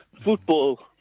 Football